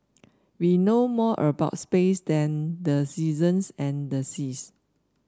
we know more about space than the seasons and the seas